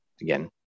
again